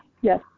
Yes